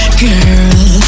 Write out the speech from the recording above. girl